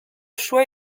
choix